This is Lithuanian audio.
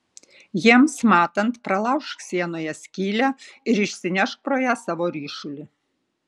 jiems matant pralaužk sienoje skylę ir išsinešk pro ją savo ryšulį